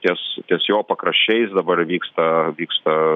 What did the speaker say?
ties ties jo pakraščiais dabar vyksta vyksta